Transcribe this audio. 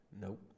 Nope